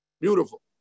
Beautiful